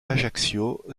ajaccio